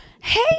Hey